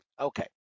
Okay